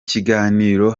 kiganiro